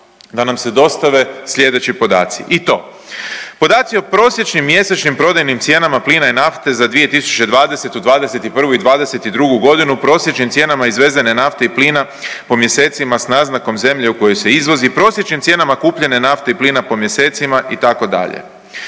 da nam se dostave sljedeći podaci i to: podaci o prosječnim mjesečnim prodajnim cijenama plina i nafte za 2020., '21. i '22. g., prosječnim cijenama izvezene nafte i plina po mjesecima s naznakom zemlje u koju se izvozi, prosječnim cijenama kupljene nafte i plina po mjesecima, itd.